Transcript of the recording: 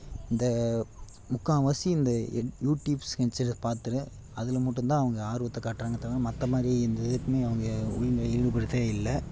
இந்த முக்கால்வாசி இந்த எட் யூடியூப்ஸ் கன்சிடர் பார்த்துட்டு அதில் மட்டும் தான் அவங்க ஆர்வத்தை காட்டுறாங்க தவிர மற்ற மாதிரி எந்த இதுக்குமே அவங்க உள்ள ஈடுபடுறதே இல்லை